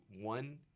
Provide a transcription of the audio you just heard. one